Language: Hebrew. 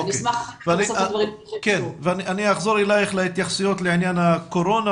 אני אחזור אלייך להתייחסויות לעניין הקורונה